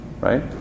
right